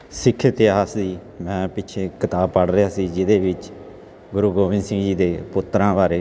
ਸਿੱਖ ਇਤਿਹਾਸ ਦੀ ਮੈਂ ਪਿੱਛੇ ਕਿਤਾਬ ਪੜ੍ਹ ਰਿਹਾ ਸੀ ਜਿਹਦੇ ਵਿੱਚ ਗੁਰੂ ਗੋਬਿੰਦ ਸਿੰਘ ਜੀ ਦੇ ਪੁੱਤਰਾਂ ਬਾਰੇ